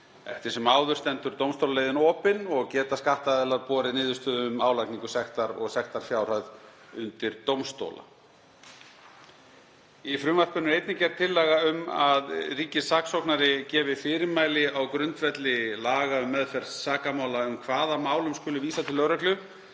Eftir sem áður stendur dómstólaleiðin opin, og geta skattaðilar borið niðurstöðu um álagningu sektar og sektarfjárhæð undir dómstóla. Í frumvarpinu er einnig gerð tillaga um að ríkissaksóknari gefi fyrirmæli á grundvelli laga um meðferð sakamála um hvaða málum skuli vísað til lögreglu.